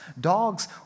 Dogs